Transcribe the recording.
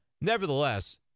Nevertheless